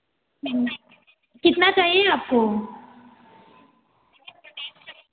कितना चाहिए आपको